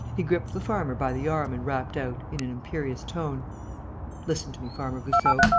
he gripped the farmer by the arm and rapped out, in an imperious tone listen to me, farmer goussot.